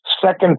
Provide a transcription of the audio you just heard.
Second